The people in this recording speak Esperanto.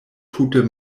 tute